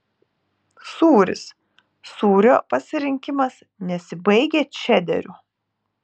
sūris sūrio pasirinkimas nesibaigia čederiu